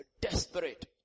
desperate